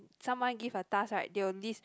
someone give a task right they will list